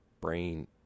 brain